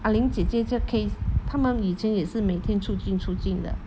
ah ling 姐姐这 case 他们以前也是每天出进出进的